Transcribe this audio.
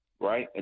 right